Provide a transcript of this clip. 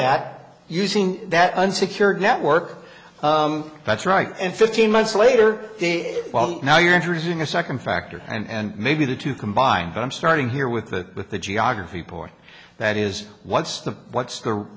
that using that unsecured network that's right in fifteen months later well now you're introducing a second factor and maybe the two combined but i'm starting here with the with the geography part that is what's the what's the